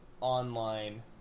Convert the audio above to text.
online